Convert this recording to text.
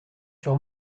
sur